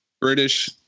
british